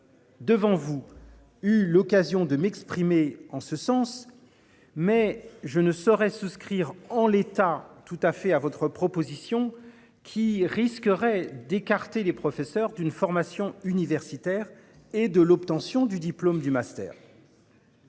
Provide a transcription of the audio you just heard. Devant vous, eu l'occasion de m'exprimer en ce sens. Mais je ne saurais souscrire en l'état tout à fait à votre proposition qui risquerait d'écarter les professeurs d'une formation universitaire et de l'obtention du diplôme du master.